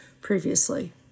previously